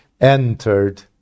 entered